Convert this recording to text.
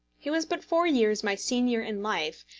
he was but four years my senior in life,